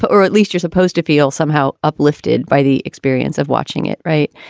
but or at least you're supposed to feel somehow uplifted by the experience of watching it. right.